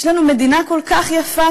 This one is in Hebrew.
יש לנו מדינה כל כך יפה,